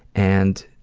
and,